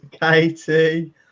Katie